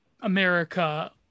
America